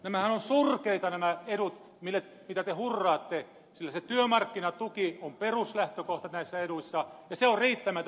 nämähän ovat surkeita nämä edut mille te hurraatte sillä se työmarkkinatuki on peruslähtökohta näissä eduissa ja se on riittämätön